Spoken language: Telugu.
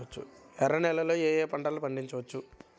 ఎర్ర నేలలలో ఏయే పంటలు పండించవచ్చు?